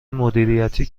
مدیریتی